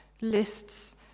lists